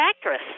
actress